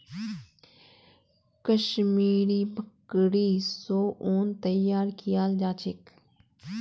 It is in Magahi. कश्मीरी बकरि स उन तैयार कियाल जा छेक